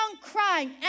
crying